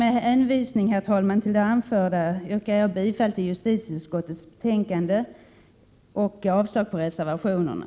Med hänvisning till det anförda yrkar jag bifall till hemställan i justitieutskottets betänkande och avslag på reservationerna.